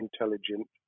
intelligent